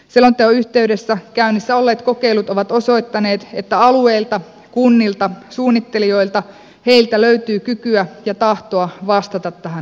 selonteon yh teydessä käynnissä olleet kokeilut ovat osoittaneet että alueilta kunnilta suunnittelijoilta löytyy kykyä ja tahtoa vastata tähän haasteeseen